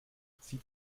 sieht